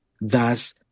thus